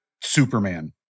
Superman